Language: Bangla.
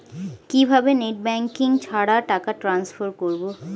কিভাবে নেট ব্যাংকিং ছাড়া টাকা টান্সফার করব?